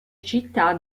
città